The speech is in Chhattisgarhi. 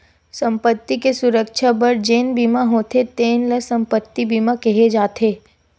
संपत्ति के सुरक्छा बर जेन बीमा होथे तेन ल संपत्ति बीमा केहे जाथे